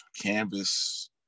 canvas